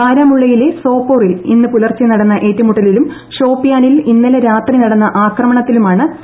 ബാരാമുള്ളയിലെ സോപ്പോറിൽ ഇന്ന് പുലർച്ചെ നടന്ന ഏറ്റുമുട്ടലിലും ഷോപ്പിയാനിൽ ഇന്നലെ രാത്രി നടന്ന ആക്രമണത്തിലുമാണ് കൊല്ലപ്പെട്ടു